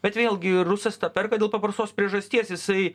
bet vėlgi rusas tą perka dėl paprastos priežasties jisai